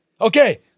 okay